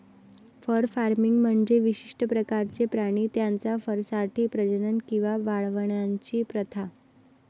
fur farming म्हणजे विशिष्ट प्रकारचे प्राणी त्यांच्या फरसाठी प्रजनन किंवा वाढवण्याची प्रथा